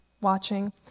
watching